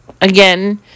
again